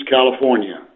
California